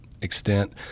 extent